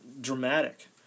dramatic